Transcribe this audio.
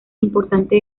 importante